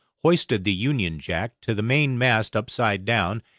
hoisted the union jack to the mainmast upside down,